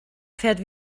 fährt